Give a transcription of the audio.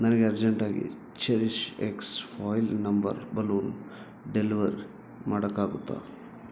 ನನ್ಗೆ ಅರ್ಜೆಂಟಾಗಿ CherishX foil number balloon deliver ಮಾಡೋಕ್ಕಾಗುತ್ತಾ